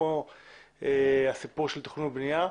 כמו הסיפור של תכנון ובנייה,